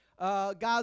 God